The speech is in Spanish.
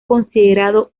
considerado